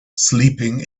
sleeping